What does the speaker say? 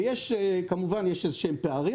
ויש פערים,